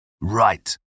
Right